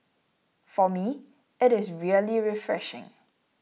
for me it is really refreshing